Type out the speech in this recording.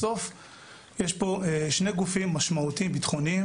בסוף יש פה שני גופים משמעותיים ביטחוניים